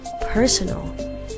personal